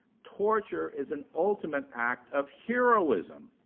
torture is an ultimate act of heroism.